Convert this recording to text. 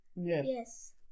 Yes